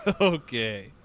Okay